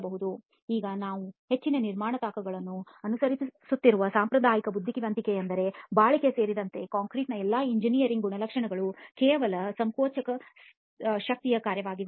ಈಗ ನಾವು ಹೆಚ್ಚಿನ ನಿರ್ಮಾಣ ತಾಣಗಳಲ್ಲಿ ಅನುಸರಿಸುತ್ತಿರುವ ಸಾಂಪ್ರದಾಯಿಕ ಬುದ್ಧಿವಂತಿಕೆಯೆಂದರೆ ಬಾಳಿಕೆ ಸೇರಿದಂತೆ ಕಾಂಕ್ರೀಟ್ನ ಎಲ್ಲಾ ಎಂಜಿನಿಯರಿಂಗ್ ಗುಣಲಕ್ಷಣಗಳು ಕೇವಲ ಸಂಕೋಚಕ ಶಕ್ತಿಯ ಕಾರ್ಯವಾಗಿದೆ